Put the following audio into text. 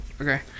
Okay